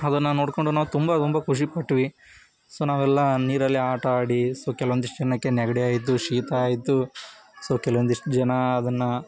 ಅದನ್ನು ನೋಡಿಕೊಂಡು ನಾವು ತುಂಬ ತುಂಬ ಖುಷಿಪಟ್ವಿ ಸೊ ನಾವೆಲ್ಲ ನೀರಲ್ಲಿ ಆಟ ಆಡಿ ಸೊ ಕೆಲವೊಂದಿಷ್ಟು ಜನಕ್ಕೆ ನೆಗಡಿ ಆಯಿತು ಶೀತ ಆಯಿತು ಸೊ ಕೆಲವೊಂದಿಷ್ಟು ಜನ ಅದನ್ನು